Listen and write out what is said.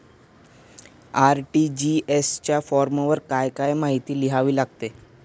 RTGS च्या फॉर्मवर काय काय माहिती लिहावी लागते?